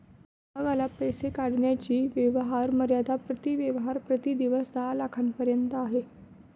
ग्राहकाला पैसे काढण्याची व्यवहार मर्यादा प्रति व्यवहार प्रति दिवस दहा लाखांपर्यंत आहे